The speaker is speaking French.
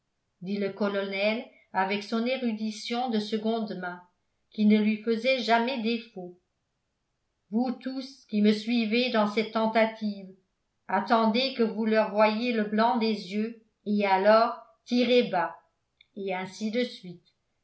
dit le colonel avec son érudition de seconde main qui ne lui faisait jamais défaut vous tous qui me suivez dans cette tentative attendez que vous leur voyiez le blanc des yeux et alors tirez bas et ainsi de suite